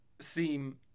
seem